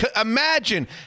Imagine